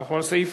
אנחנו על סעיף